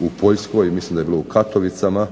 u Poljskoj, mislim da je bilo u Katovicama,